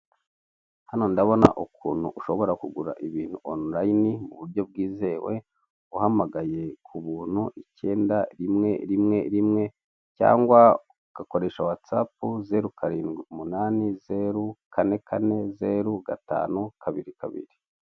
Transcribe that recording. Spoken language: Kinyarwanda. Hano ndabona ukuntu ushobora kugura ibintu onulayini mu buryo bwizewe uhamagaye ku buntu icyenda rimwe rimwe cyangwa ugakoresha watsapu zeru karindwi umunani zeru kane kane zeru gatanu kabiri kabiri.